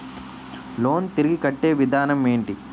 Loan తిరిగి కట్టే విధానం ఎంటి?